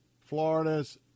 Florida's